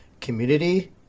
community